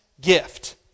gift